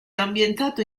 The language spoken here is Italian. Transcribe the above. ambientato